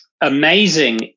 amazing